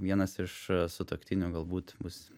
vienas iš sutuoktinių galbūt bus